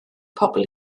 pobl